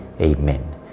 Amen